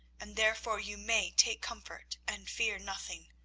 and therefore you may take comfort and fear nothing.